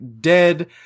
Dead